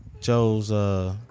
Joe's